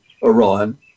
Iran